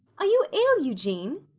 are you ill, eugene?